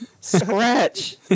Scratch